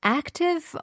active